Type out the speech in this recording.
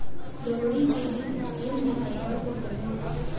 लोहड़ी के दिन स्कूल में अवकाश होता है